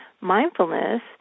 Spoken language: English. Mindfulness